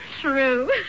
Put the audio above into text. True